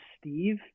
Steve